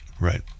right